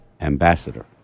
Ambassador